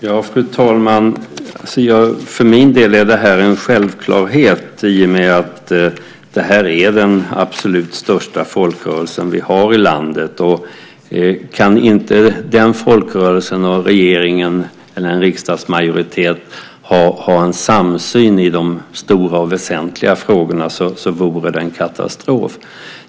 Fru talman! För min del är det här en självklarhet i och med att det här är den absolut största folkrörelse vi har i landet. Kan inte den folkrörelsen och en riksdagsmajoritet ha en samsyn i de stora och väsentliga frågorna vore det en katastrof.